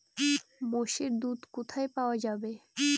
মোষের দুধ কোথায় পাওয়া যাবে?